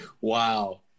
Wow